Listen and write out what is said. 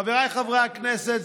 חבריי חברי הכנסת,